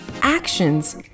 actions